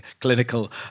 clinical